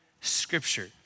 scripture